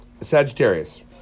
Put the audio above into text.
Sagittarius